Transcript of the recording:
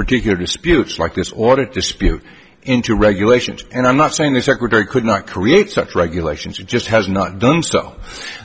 particular disputes like this order to spew into regulations and i'm not saying the secretary could not create such regulations or just has not done so